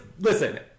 listen